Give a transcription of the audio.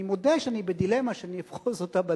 אני מודה שאני בדילמה, בכל זאת.